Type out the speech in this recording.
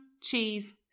cheese